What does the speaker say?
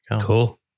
cool